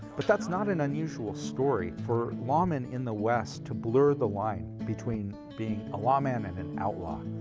but that's not an unusual story for lawmen in the west to blur the line between being a lawman and an outlaw.